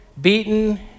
beaten